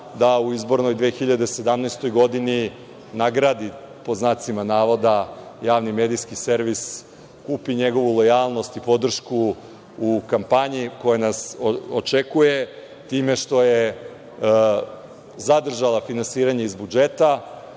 da u izbornoj 2017. godini nagradi, pod znacima navoda, Javni medijski servis, kupi njegovu lojalnost i podršku u kampanji koja nas očekuje, time što je zadržala finansiranje iz budžeta.